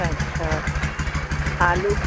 अछा आलू